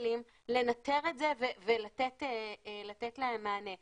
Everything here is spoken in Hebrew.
כלים לנטר את זה ולתת להם מענה.